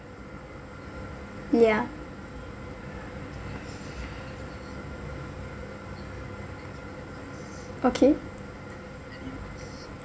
yeah okay